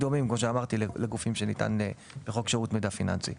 שדומים לגופים להם זה ניתן בחוק שירות מידע פיננסי.